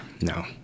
No